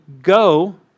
Go